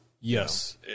Yes